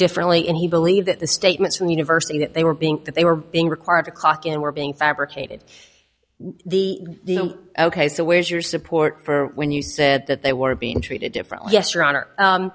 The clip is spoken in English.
differently and he believed that the statements from university that they were being that they were being required to clock in were being fabricated the ok so where is your support for when you said that they were being treated differently yes